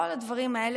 את כל הדברים האלה,